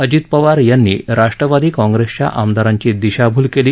अजित पवार यांनी राष्ट्रवादी काँग्रेसच्या आमदारांची दिशाभूल केली